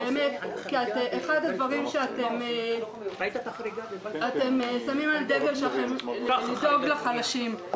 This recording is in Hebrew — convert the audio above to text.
כי אחד הדברים שאתם שמים על הדגל שלכם הוא לדאוג לחלשים.